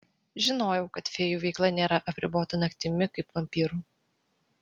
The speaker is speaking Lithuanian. žinojau kad fėjų veikla nėra apribota naktimi kaip vampyrų